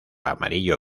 amarillo